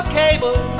cable